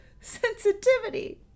sensitivity